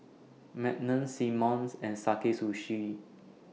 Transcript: Magnum Simmons and Sakae Sushi